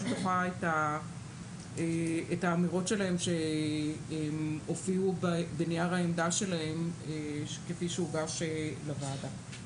דוחה את האמירות שלהם שהופיעו בנייר העמדה שלהם כפי שהוגש לוועדה.